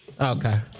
Okay